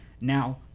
now